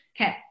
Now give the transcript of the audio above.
Okay